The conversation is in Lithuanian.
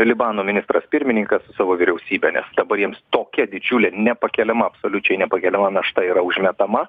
libano ministras pirmininkas su savo vyriausybe nes dabar jiems tokia didžiulė nepakeliama absoliučiai nepakeliama našta yra užmetama